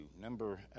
Number